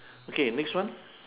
okay next one